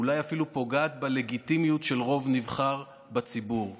אולי אפילו פוגעת בלגיטימיות של רוב נבחר בציבור,